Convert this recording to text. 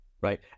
Right